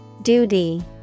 duty